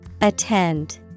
ATTEND